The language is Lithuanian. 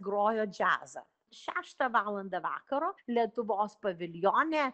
grojo džiazą šeštą valandą vakaro lietuvos paviljone